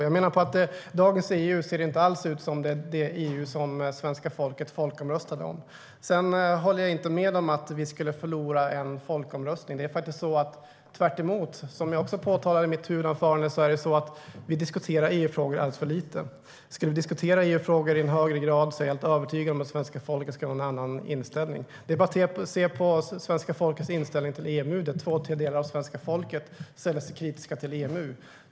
Jag menar att dagens EU inte alls ser ut som det EU som svenska folket folkomröstade om. Jag håller inte med om att vi skulle förlora en folkomröstning. Som jag sa i mitt huvudanförande diskuterar vi EU-frågorna alldeles för lite. Om vi i högre grad diskuterade EU-frågorna är jag helt övertygad om att svenska folket skulle ha en annan inställning. Det är bara att se på svenska folkets inställning till EMU. Två tredjedelar av svenska folket ställer sig kritiska till EMU.